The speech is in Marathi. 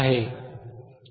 5KHz आहे